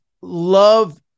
love